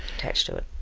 attached to it.